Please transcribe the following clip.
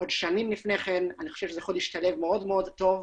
שנים קודם לכן ולדעתי זה יכול להשתלב מאוד טוב.